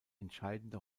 entscheidende